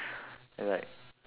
and like